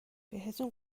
بهتون